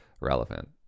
relevant